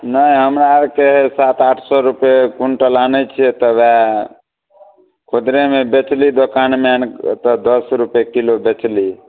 नहि हमरा आओरके सात आठ सओ रुपैए क्विन्टल आनै छिए तऽ वएह खुदरेमे बेचली दोकानमे आनिकऽ दस रुपैए किलो बेचली